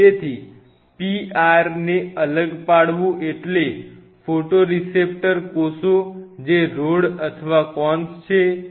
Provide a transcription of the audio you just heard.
તેથી PR ને અલગ પાડવું એટલે ફોટોરેસેપ્ટર કોષો જે રૉડ અથવા કોન્સ છે